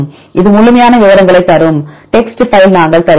இது முழுமையான விவரங்களைத் தரும் டெக்ஸ்ட் பைல் நாங்கள் தருகிறோம்